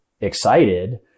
excited